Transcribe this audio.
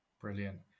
brilliant